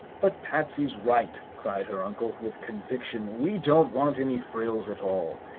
but patsy's right! cried her uncle, with conviction. we don't want any frills at all.